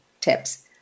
tips